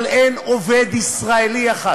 אבל אין עובד ישראלי אחד